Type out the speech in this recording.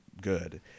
good